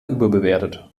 überbewertet